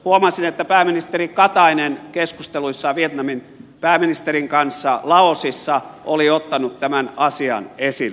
huomasin että pääministeri katainen keskusteluissaan vietnamin pääministerin kanssa laosissa oli ottanut tämän asian esille